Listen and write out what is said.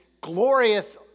glorious